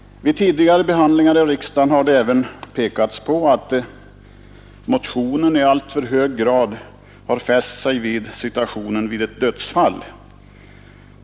Vid tidigare behandlingar i riksdagen har det även pekats på att motionen i alltför hög grad har fäst sig vid situationen vid ett dödsfall.